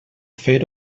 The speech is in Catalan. fer